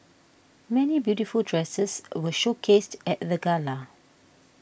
many beautiful dresses were showcased at the gala